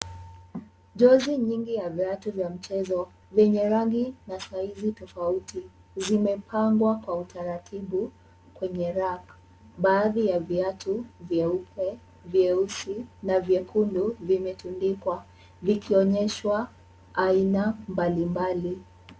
Jozi nyingi ya viatu za mchezo vyenye rangi na sauti tofauti zimepangwa kwa utaratibu kwenye rake . Baadhi ya viatu vyeupe, vyeusi na vyekundu vimetandikwa vikionyesha aina mbalimbali.